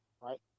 right